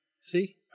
See